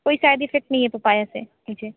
कोई side effect नहीं है पपाया से मुझे